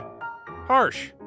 harsh